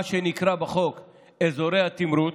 מה שנקרא בלשון החוק אזורי התמרוץ,